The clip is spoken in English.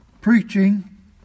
preaching